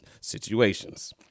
situations